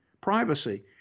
privacy